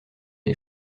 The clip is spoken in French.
est